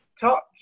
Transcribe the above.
touch